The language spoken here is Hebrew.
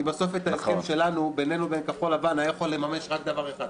כי בסוף את ההסכם שלנו בינינו לבין כחול לבן היה יכול לממש רק דבר אחד,